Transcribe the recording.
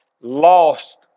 lost